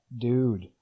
dude